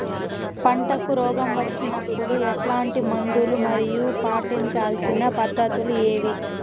పంటకు రోగం వచ్చినప్పుడు ఎట్లాంటి మందులు మరియు పాటించాల్సిన పద్ధతులు ఏవి?